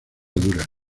dura